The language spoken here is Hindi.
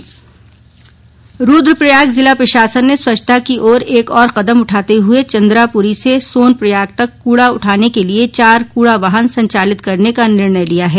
स्वच्छता रूद्रप्रयाग जिला प्रशासन ने स्वच्छता की ओर एक और कदम उठाते हुए चन्द्रापुरी से सोनप्रयाग तक कूडा उठाने के लिए चार कूडा वाहन संचालित करने का निर्णय लिया है